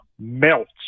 melts